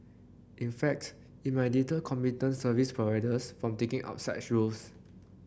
in fact it might deter competent service providers from taking up such roles